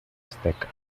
azteca